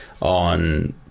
on